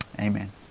Amen